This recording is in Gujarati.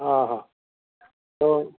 હા હા તો